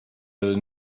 will